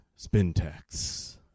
Spintax